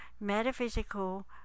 metaphysical